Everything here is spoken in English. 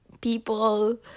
people